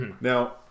Now